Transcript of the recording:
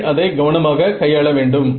நீங்கள் அதை கவனமாக கையாள வேண்டும்